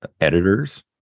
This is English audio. editors